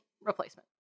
replacement